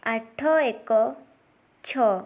ଆଠ ଏକ ଛଅ